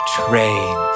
train